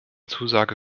zusage